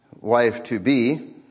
wife-to-be